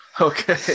okay